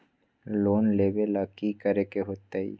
Loan लेवेला की करेके होतई?